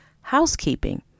Housekeeping